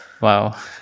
wow